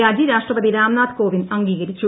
രാജി രാഷ്ട്രപതി രാംനാഥ് കോവിന്ദ് അംഗീകരിച്ചു